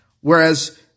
whereas